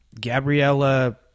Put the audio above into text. Gabriella